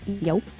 Yo